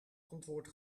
antwoord